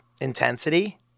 intensity